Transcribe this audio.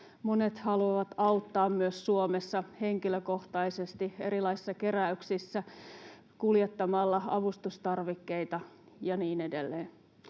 Monet haluavat auttaa myös Suomessa henkilökohtaisesti erilaisissa keräyksissä, kuljettamalla avustustarvikkeita ja niin edelleen.